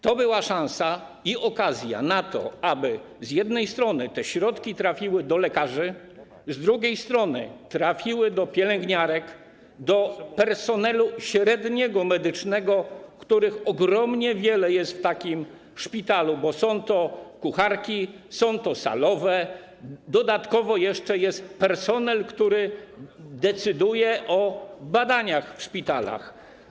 To była szansa i okazja do tego, aby z jednej strony te środki trafiły do lekarzy, z drugiej strony trafiły do pielęgniarek, do osób z personelu medycznego średniego, których ogromnie wiele jest w takim szpitalu, bo są to kucharki, są to salowe, dodatkowo jeszcze jest personel, który decyduje o badaniach w szpitalach.